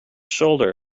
shoulder